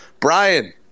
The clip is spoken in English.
Brian